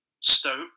Stoke